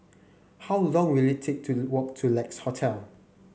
how long will it take to walk to Lex Hotel